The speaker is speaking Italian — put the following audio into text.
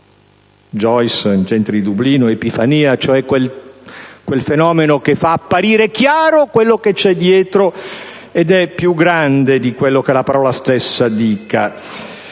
Joyce in «Gente di Dublino». Epifania, cioè quel fenomeno che fa apparire chiaro ciò che c'è dietro ed è più grande di quello che la parola stessa dica.